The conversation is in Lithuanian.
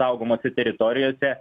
saugomose teritorijose